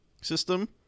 system